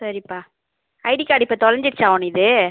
சரிப்பா ID card இப்போ தொலைஞ்சிடுச்சா உன்னுது